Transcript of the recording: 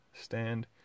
stand